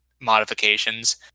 modifications